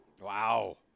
Wow